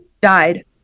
died